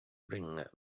ring